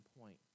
point